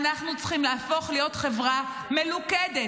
אנחנו צריכים להפוך להיות חברה מלוכדת,